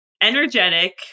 Energetic